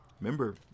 remember